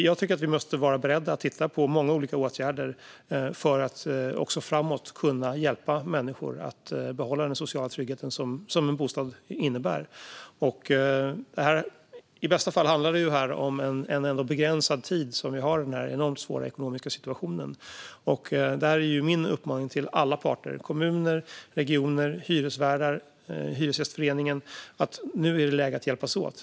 Jag tycker att vi måste vara beredda att titta på många olika åtgärder för att även framåt kunna hjälpa människor att behålla den sociala trygghet som en bostad innebär. I bästa fall handlar det ändå om en begränsad tid då vi har den här enormt svåra ekonomiska situationen. Min uppmaning till alla parter - kommuner, regioner, hyresvärdar och Hyresgästföreningen - är att det nu är läge att hjälpas åt.